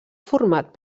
format